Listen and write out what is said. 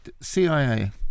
CIA